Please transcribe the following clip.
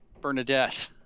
Bernadette